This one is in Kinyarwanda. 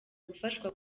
gufashwa